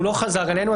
והוא לא חזר אלינו.